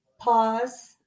pause